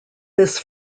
this